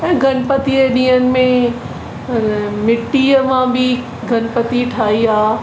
ऐं गनपतीअ ॾींहंनि में मिटीअ मां बि गनपती ठाही आहे